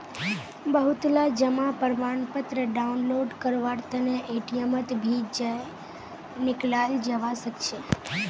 बहुतला जमा प्रमाणपत्र डाउनलोड करवार तने एटीएमत भी जयं निकलाल जवा सकछे